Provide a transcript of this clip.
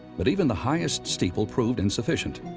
but even the highest steeple proved insufficient.